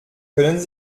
können